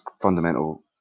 fundamental